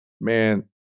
man